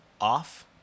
off